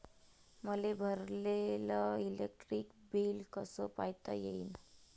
मले भरलेल electric bill कस पायता येईन?